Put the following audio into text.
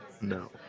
No